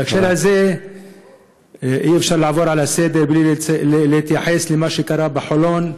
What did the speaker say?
בהקשר הזה אי-אפשר לעבור לסדר-היום בלי להתייחס למה שקרה בחולון.